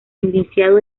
iniciado